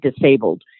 disabled